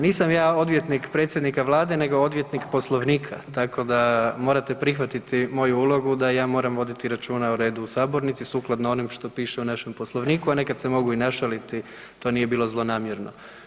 Nisam ja odvjetnik predsjednika Vlade nego odvjetnik Poslovnika, tako da morate prihvatiti moju ulogu da ja moram voditi računa o redu u sabornici sukladno onom što piše u našem Poslovniku, a neka se mogu i našaliti to nije bilo zlonamjerno.